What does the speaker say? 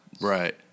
Right